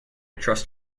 trust